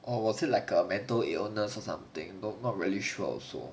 or was it like a mental illness or something but I'm not really sure also